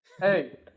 Hey